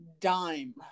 dime